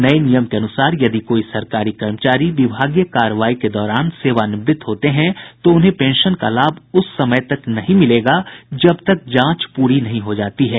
नये नियम के अनुसार यदि कोई सरकारी कर्मचारी विभागीय कार्रवाई के दौरान सेवानिवृत होते हैं तो उन्हें पेंशन का लाभ उस समय तक नहीं मिलेगा जब तक जांच प्री नहीं हो जाती है